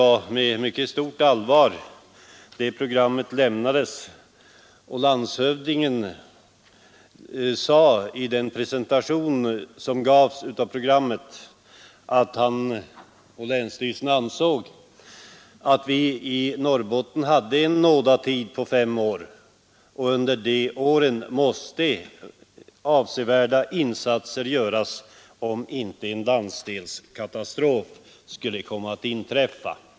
Vid presentationen av programmet sade landshövdingen att han och länsstyrelsen ansåg att vi i Norrbotten hade en nådatid på fem år och att avsevärda insatser måste göras under den tiden för att inte en landsdelskatastrof skulle inträffa.